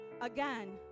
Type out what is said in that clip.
again